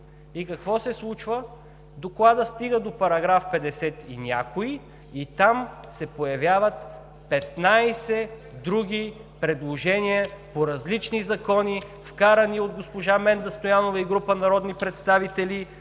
и какво се случва? Докладът стига до § 50 и някой и там се появяват 15 други предложения по различни закони, вкарани от госпожа Менда Стоянова и група народни представители